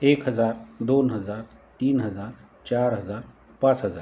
एक हजार दोन हजार तीन हजार चार हजार पाच हजार